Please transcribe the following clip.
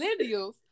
millennials